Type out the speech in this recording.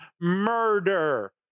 murder